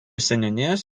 seniūnijos